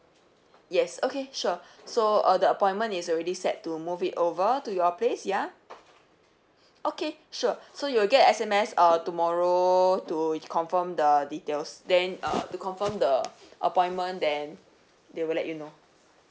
yes okay sure so uh the appointment is already set to move it over to your place ya okay sure so you'll get a S_M_S uh tomorrow to confirm the details then uh to confirm the appointment then they will let you know